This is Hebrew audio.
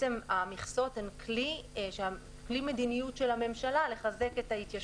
המכסות הן כלי מדיניות של הממשלה לחזק את ההתיישבות.